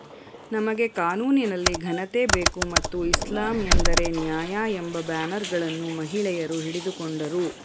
ನಮಗೆ ಕಾನೂನಿನಲ್ಲಿ ಘನತೆ ಬೇಕು ಮತ್ತು ಇಸ್ಲಾಮ್ ಎಂದರೆ ನ್ಯಾಯ ಎಂಬ ಬ್ಯಾನರ್ಗಳನ್ನು ಮಹಿಳೆಯರು ಹಿಡಿದುಕೊಂಡರು